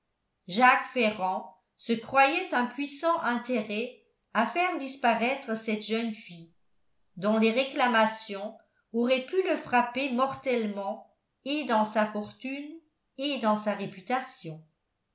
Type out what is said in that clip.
jacques ferrand se croyait un puissant intérêt à faire disparaître cette jeune fille dont les réclamations auraient pu le frapper mortellement et dans sa fortune et dans sa réputation